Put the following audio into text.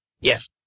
Yes